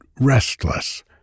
restless